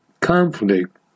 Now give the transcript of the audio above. conflict